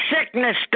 sickness